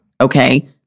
okay